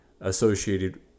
Associated